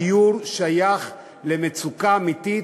הדיור שייך למצוקה אמיתית,